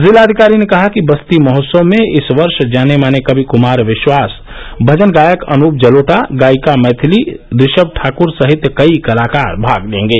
जिलाधिकारी ने कहा कि बस्ती महोत्सव में इस वर्ष जाने माने कवि क्मार विश्वास भजन गायक अनूप जलोटा गायिका मैथली रिऋम ठाक्र सहित कई कलाकार भाग लेंगे